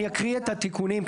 אני אקריא את התיקונים,